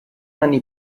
anni